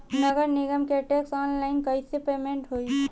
नगर निगम के टैक्स ऑनलाइन कईसे पेमेंट होई?